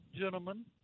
gentlemen